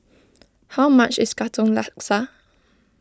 how much is Katong Laksa